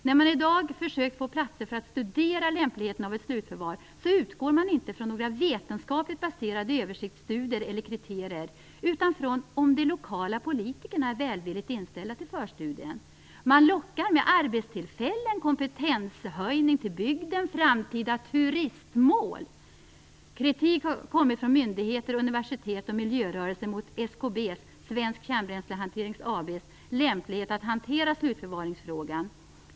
När man i dag försökt få platser för att studera lämpligheten av ett slutförvar, utgår man inte från några vetenskapligt baserade översiktstudier eller kriterier utan från om de lokala politikerna är välvilligt inställda till förstudien. Man lockar med arbetstillfällen, kompetenshöjning till bygden och framtida turistmål Kritik har kommit från myndigheter, universitet och miljörörelser mot SKB:s - Svensk Kärnbränslehantering AB - lämplighet att hantera slutförvaringsfrågan.